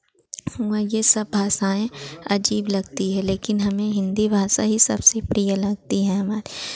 हुआ ये सब भाषाएँ अजीब लगती है लेकिन हमें हिन्दी भाषा ही सबसे प्रिय लगती है हमारी